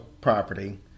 property